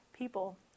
people